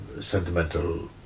sentimental